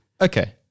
okay